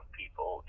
people